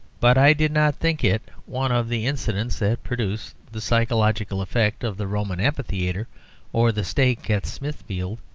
but i did not think it one of the incidents that produce the psychological effect of the roman amphitheatre or the stake at smithfield.